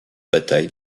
batailles